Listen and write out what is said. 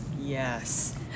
Yes